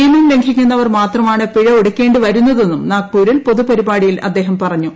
നിയമം ലംഘിക്കുന്നവർ മാത്രമാണ് പിഴ ഒടുക്കേണ്ടിവരുന്നതെന്നും നാഗ്പൂരിൽ പൊതു പരിപാടിയിൽ അദ്ദേഹം പറഞ്ഞു